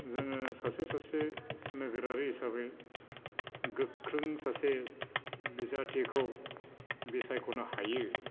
जोङो सासे सासे नोगोरारि हिसाबै गोख्रों सासे बिजाथिखौ सायख'नो हायो